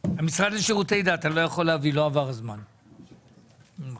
הפנייה התקציבית נועדה להעברת עודפים